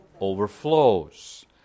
Overflows